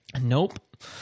nope